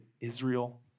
Israel